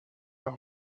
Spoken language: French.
leur